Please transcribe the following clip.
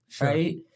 Right